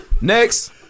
Next